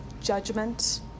judgment